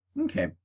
Okay